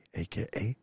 aka